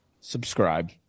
subscribe